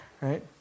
Right